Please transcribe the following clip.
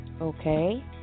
Okay